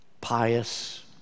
pious